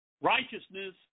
righteousness